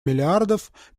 миллиардов